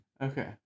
okay